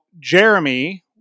Jeremy